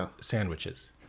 sandwiches